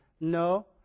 No